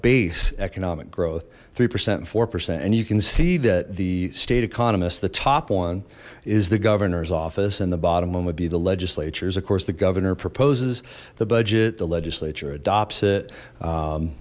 base economic growth three percent four percent and you can see that the state economists the top one is the governor's office and the bottom one would be the legislators of course the governor proposes the budget the legislature adopts it